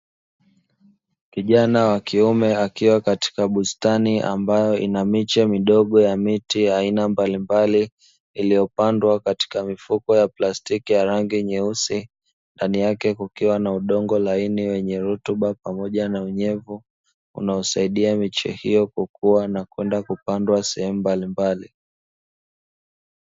Kijana wa kiume akiwa katika bustani ambayo ina miche midogo ya miti ya aina mbalimbali iliyopandwa katika mifuko ya plastiki ya rangi ya nyeusi, ndani yake kukiwa na udongo laini wenye rutuba pamoja na unyevu inayosaidia miche hiyo kukua na kwenda kupandwa sehemu mbalimbali.